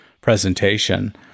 presentation